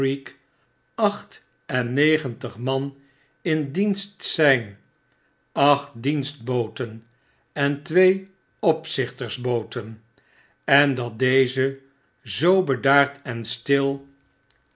acht en negentig man in dienst zfln acht dienstbooten en twee opzichtersbooten en dat deze zoo bedaard en stil